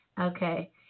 Okay